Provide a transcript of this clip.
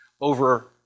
over